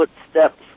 footsteps